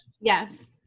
Yes